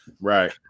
right